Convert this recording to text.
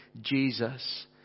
Jesus